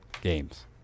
games